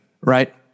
right